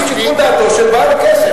על-פי שיקול דעתו של בעל הכסף.